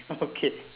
okay